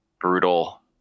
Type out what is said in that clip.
brutal